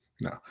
No